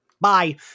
bye